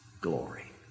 glory